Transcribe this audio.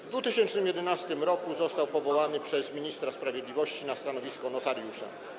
W 2011 r. został powołany przez ministra sprawiedliwości na stanowisko notariusza.